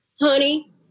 honey